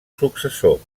successor